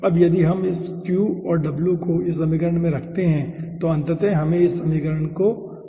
अब यदि हम इस Q और W को इस समीकरण में रखते हैं तो अंततः हमें इस तरह का समीकरण प्राप्त होगा